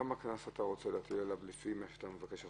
כמה קנס אתה רוצה להטיל עליו לפי מה שאתה מבקש עכשיו?